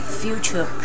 future